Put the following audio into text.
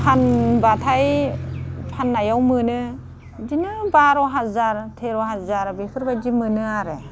फानबाथाय फाननायाव मोनो बिदिनो बार' हाजार थेर' हाजार बेफोरबायदि मोनो आरो